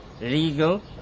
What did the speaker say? legal